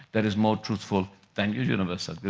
that is more truthful than your universe.